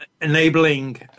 enabling